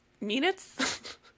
minutes